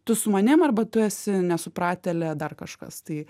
tu su manim arba tu esi nesupratelė dar kažkas tai